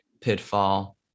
pitfall